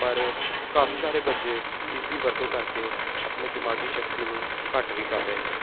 ਪਰ ਕਾਫੀ ਸਾਰੇ ਬੱਚੇ ਇਸ ਦੀ ਵਰਤੋਂ ਕਰਕੇ ਆਪਣੇ ਦਿਮਾਗੀ ਸ਼ਕਤੀ ਨੂੰ ਘੱਟ ਵੀ ਕਰ ਰਹੇ ਨੇ